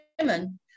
women